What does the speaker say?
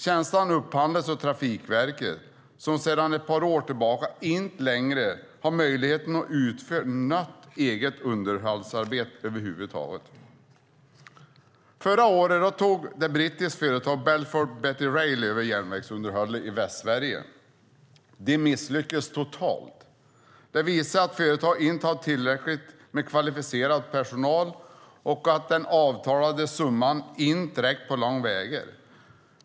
Tjänsten upphandlas av Trafikverket, som sedan ett par år tillbaka inte längre har möjligheten att utföra något eget underhållsarbete över huvud taget. Förra året tog det brittiska företaget Balfour Beatty Rail över järnvägsunderhållet i Västsverige. De misslyckades totalt. Det visar att företaget inte hade tillräckligt med kvalificerad personal och att den avtalade summan inte räckte på långa vägar.